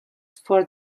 for